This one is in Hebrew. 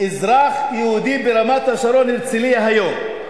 אזרח יהודי ברמת-השרון, הרצלייה, היום.